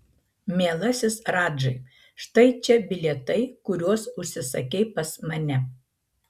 mielasis radžai štai čia bilietai kuriuos užsisakei pas mane